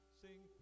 sing